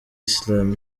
islam